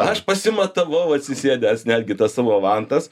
aš pasimatavau atsisėdęs netgi tas savo vantas